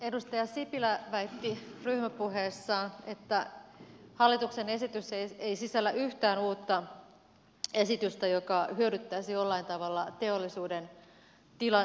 edustaja sipilä väitti ryhmäpuheessaan että hallituksen esitys ei sisällä yhtään uutta esitystä joka hyödyttäisi jollain tavalla teollisuuden tilannetta